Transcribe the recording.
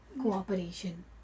cooperation